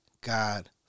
God